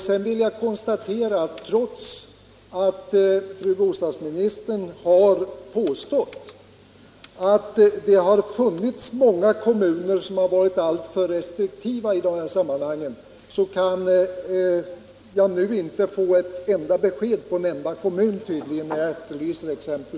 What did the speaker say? Sedan vill jag konstatera att trots att fru bostadsministern har påstått att många kommuner har varit alltför restriktiva i de här sammanhangen, så kan jag nu tydligen inte få besked om en enda sådan kommun när jag efterlyser exempel.